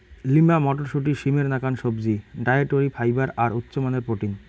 lima মটরশুঁটি, সিমের নাকান সবজি, ডায়েটরি ফাইবার আর উচামানের প্রোটিন